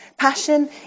Passion